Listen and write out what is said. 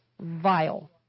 vile